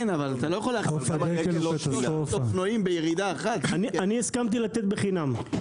אבל אתה לא יכול להכניס --- אני הסכמתי לתת בחינם,